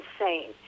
insane